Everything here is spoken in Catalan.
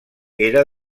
era